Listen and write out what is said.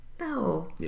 no